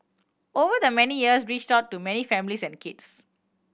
over the many years reached out to many families and kids